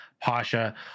Pasha